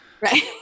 right